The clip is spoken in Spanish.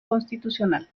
constitucional